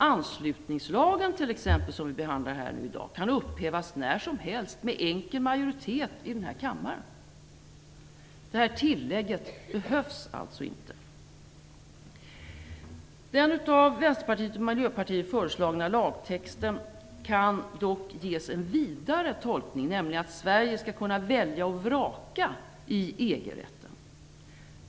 Anslutningslagen t.ex., som vi behandlar här i dag, kan när som helst upphävas med enkel majoritet i denna kammare. Tillägget behövs alltså inte. Den av Vänsterpartiet och Miljöpartiet föreslagna lagtexten kan dock ges en vidare tolkning, nämligen att Sverige skall kunna välja och vraka i EG-rätten.